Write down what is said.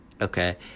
okay